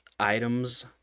Items